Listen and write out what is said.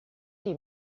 die